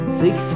six